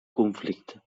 conflicte